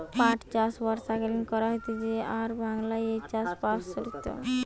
পাট চাষ বর্ষাকালীন করা হতিছে আর বাংলায় এই চাষ প্সারিত